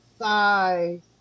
Size